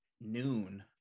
noon